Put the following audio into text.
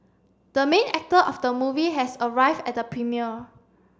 the main actor of the movie has arrived at the premiere